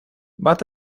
but